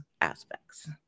aspects